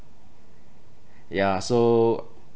ya so